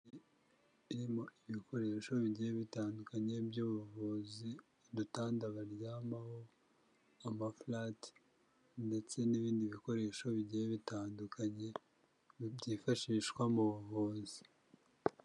Irimo ibikoresho bigiye bitandukanye by'ubuvuzi. Udutanda baryamaho, amafulati ndetse n'ibindi bikoresho bigiye bitandukanye byifashishwa mu buvuzi.